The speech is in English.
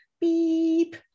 beep